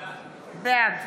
בעד